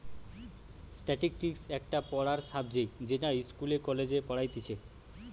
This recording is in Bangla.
স্ট্যাটিসটিক্স একটা পড়ার সাবজেক্ট যেটা ইস্কুলে, কলেজে পড়াইতিছে